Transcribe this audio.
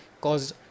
caused